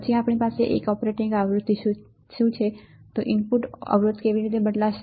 પછી આપણી પાસે હવે ઓપરેટિંગ આવૃતિ શું છે ઇનપુટ અવરોધ કેવી રીતે બદલાશે